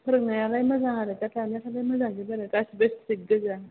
फोरोंनायालाय मोजां आरो दासान्दि मोजांजोब आरो गासैबो स्ट्रिक्ट गोजा